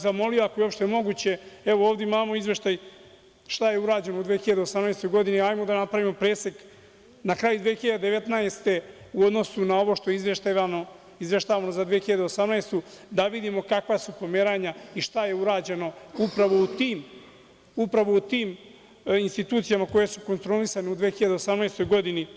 Zamolio bih, ako je uopšte moguće, evo, ovde imamo izvešta šta je urađeno u 2018. godini, hajde da napravimo presek na kraju 2019. godine u odnosu na ovo što je izveštavano za 2018. godinu i da vidimo kakva su pomeranja i šta je urađeno upravo u tim institucijama koje su kontrolisane u 2018. godini.